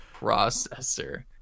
processor